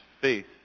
faith